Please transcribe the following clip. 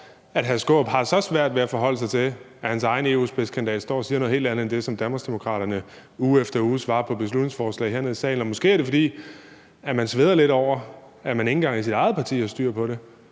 Skaarup har så svært ved at forholde sig til, at hans egen spidskandidat til europaparlamentsvalget står og siger noget helt andet end det, som Danmarksdemokraterne uge efter uge svarer i forbindelse med beslutningsforslag hernede i salen. Måske er det, fordi man sveder lidt over, at man ikke engang i sit eget parti har styr på det.